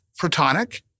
Protonic